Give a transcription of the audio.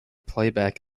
playback